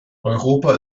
europa